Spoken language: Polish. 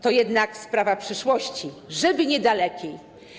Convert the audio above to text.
To jednak sprawa przyszłości, żeby niedalekiej.